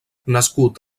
nascut